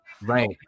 Right